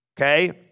okay